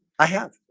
i have